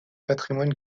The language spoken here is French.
patrimoine